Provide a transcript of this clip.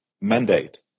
mandate